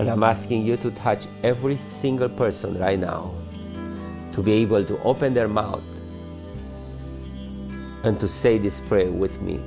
and i'm asking you to touch every single person that i know to be able to open their mouth and to say disparate with me